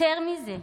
יותר מזה,